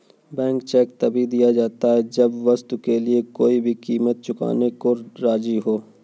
blank cheque तभी दिया जाता है जब वस्तु के लिए कोई भी कीमत चुकाने को राज़ी हो